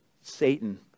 Satan